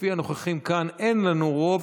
ולפי הנוכחים כאן אין לנו רוב,